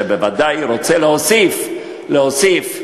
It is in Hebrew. בוודאי מי שרוצה להוסיף, להוסיף,